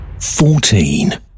Fourteen